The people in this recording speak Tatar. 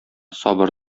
сабыр